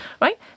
right